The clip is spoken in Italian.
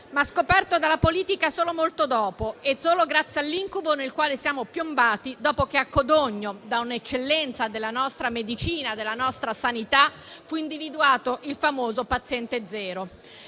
ma scoperto dalla politica solo molto dopo e solo grazie all'incubo nel quale siamo piombati dopo che a Codogno, da un'eccellenza della nostra medicina e della nostra sanità, fu individuato il famoso paziente zero;